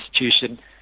institution